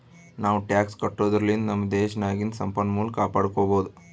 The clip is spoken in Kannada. ನಾವೂ ಟ್ಯಾಕ್ಸ್ ಕಟ್ಟದುರ್ಲಿಂದ್ ನಮ್ ದೇಶ್ ನಾಗಿಂದು ಸಂಪನ್ಮೂಲ ಕಾಪಡ್ಕೊಬೋದ್